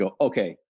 Okay